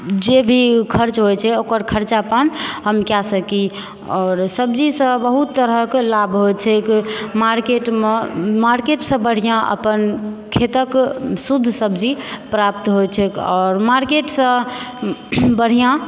जे भी खर्च होइत छै ओकर खर्चा पानि हम कए सकी आओर सब्जीसँ बहुत तरहक लाभ होइत छैक मार्केटमे मार्केटसँ बढ़िआँ अपन खेतक शुद्ध सब्जी प्राप्त होइत छैक आओर मार्केटसँ बढ़िआँ